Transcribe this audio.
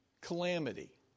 calamity